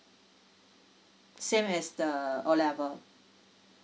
same as the O level